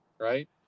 right